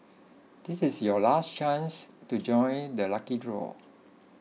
this is your last chance to join the lucky draw